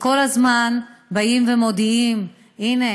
שכל הזמן מודיעים: הינה,